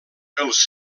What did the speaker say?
els